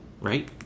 Right